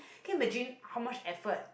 came a dream how much effort